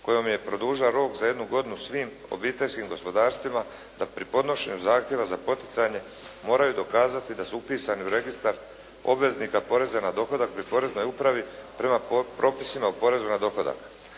kojom je produžila rok za jednu godinu svim obiteljskim gospodarstvima da pri podnošenju zahtjeva za poticanje moraju dokazati da su upisani u registar obveznika poreza na dohodak pri poreznoj upravi prema propisima o porezu na dohodak.